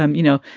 um you know,